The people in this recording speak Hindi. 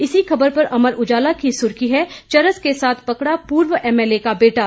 इसी खबर पर अमर उजाला की सुर्खी है चरस के साथ पकड़ा पूर्व एमएलए का बेटा